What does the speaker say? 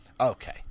Okay